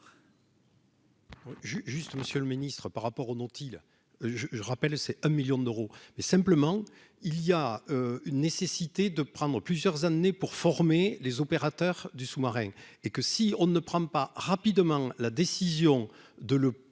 juste Monsieur le Ministre, par rapport aux non--t-il je je rappelle, c'est un 1000000 d'euros, mais simplement il y a une nécessité de prendre plusieurs années pour former les opérateurs du sous-marin et que si on ne prend pas rapidement la décision de le poursuivre